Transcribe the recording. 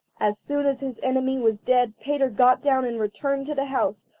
as soon as his enemy was dead peter got down and returned to the house,